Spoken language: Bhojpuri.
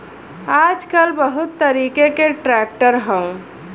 आजकल बहुत तरीके क ट्रैक्टर हौ